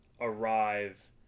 arrive